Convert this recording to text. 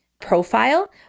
profile